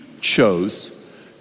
chose